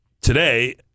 today